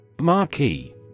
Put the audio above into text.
Marquee